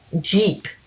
jeep